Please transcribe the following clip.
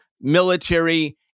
military